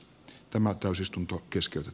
tämä täysistunto keskeltä